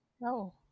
No